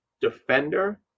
defender